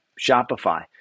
Shopify